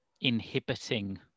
inhibiting